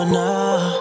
now